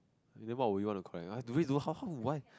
you never know what you want to collect ah do they do how how will I